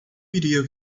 iria